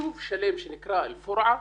יישוב שלם שנקרא אל פורעה,